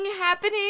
happening